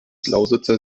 lausitzer